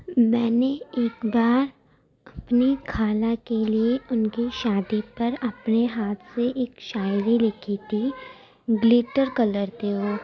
میں نے ایک بار اپنی خالہ کے لیے ان کی شادی پر اپنے ہاتھ سے ایک شاعری لکھی تھی گلیٹر کلر پہ وہ